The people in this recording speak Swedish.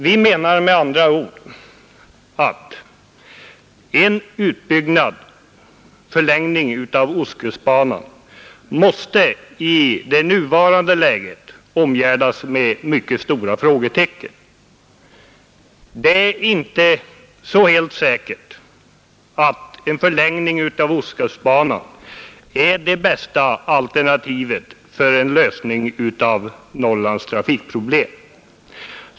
Vi menar nämligen att man måste sätta ett mycket stort frågetecken för förslaget om en förlängning av ostkustbanan. Det är inte så helt säkert att en sådan förlängning är det bästa alternativet för att lösa Norrlands trafikproblem.